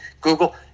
Google